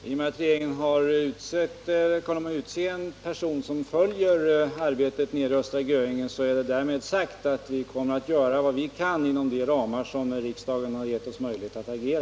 Herr talman! I och med att regeringen kommer att utse en person som skall följa arbetet i Östra Göinge är det därmed sagt att vi kommer att göra vad vi kan inom de ramar som riksdagen har givit oss möjlighet att agera.